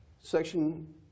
section